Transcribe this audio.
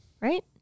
Right